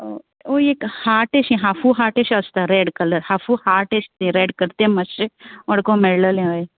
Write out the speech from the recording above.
हय एक हाट एशें हाफू हाट एशें आसता रॅड कल हाफू हाट एश तें रॅड कर तें माश्शें वोळको मेळ्ळलें हय